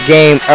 Game